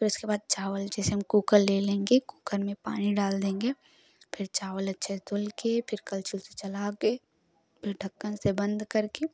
फिर उसके बाद चावल जैसे हम कुकर ले लेंगे कुकर में पानी डाल देंगे फिर चावल अच्छे से धुल कर फिर कलछुल से चला कर फिर ढक्कन से बंद करके